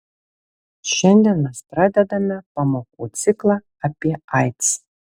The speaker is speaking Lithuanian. šiandien mes pradedame pamokų ciklą apie aids